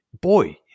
Boy